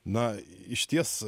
na išties